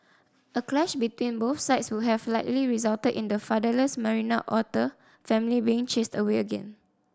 a clash between both sides would have likely resulted in the fatherless Marina otter family being chased away again